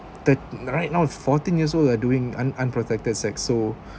the right now fourteen years old are doing un~ unprotected sex so